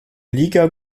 liga